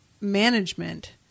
management